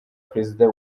perezida